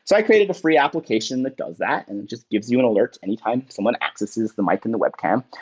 so i created a free application that does that and it just gives you an alert anytime someone accesses the mic and the web cam.